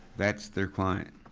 that's their client.